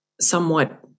somewhat